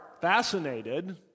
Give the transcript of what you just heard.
fascinated